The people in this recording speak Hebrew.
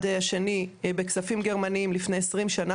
השני בכספים גרמניים לפני עשרים שנה,